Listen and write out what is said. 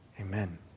Amen